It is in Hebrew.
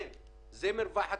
הוא מודל חיזוי.